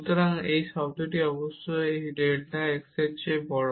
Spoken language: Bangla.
সুতরাং এই টার্মটি অবশ্যই এই ডেল্টা x এর চেয়ে বড়